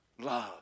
love